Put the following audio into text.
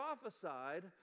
prophesied